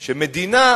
שאמרתי,